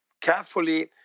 carefully